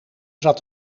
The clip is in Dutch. zat